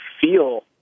feel